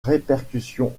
répercussions